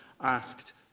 asked